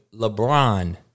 LeBron